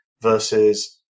versus